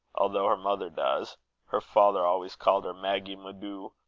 although her mother does her father always called her maggy, my doo,